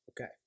okay